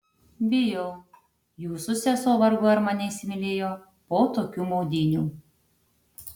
bijau jūsų sesuo vargu ar mane įsimylėjo po tokių maudynių